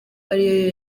ariyo